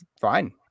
fine